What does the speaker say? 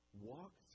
Walk